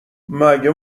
مگه